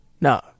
No